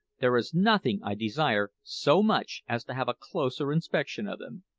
there is nothing i desire so much as to have a closer inspection of them.